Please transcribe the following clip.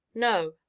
no,